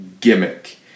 gimmick